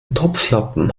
topflappen